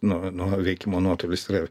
nu nu veikimo nuotolis yra